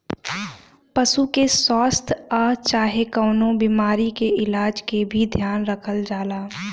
पशु के स्वास्थ आ चाहे कवनो बीमारी के इलाज के भी ध्यान रखल जाला